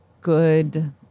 good